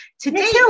today